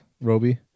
roby